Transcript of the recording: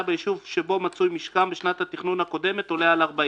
ביישוב שבו מצוי משקם בשנת התכנון הקודמת עולה על 40,